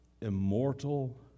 immortal